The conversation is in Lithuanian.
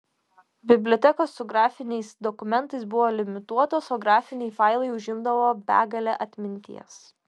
bibliotekos su grafiniais dokumentais buvo limituotos o grafiniai failai užimdavo begalę atminties